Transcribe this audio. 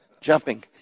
jumping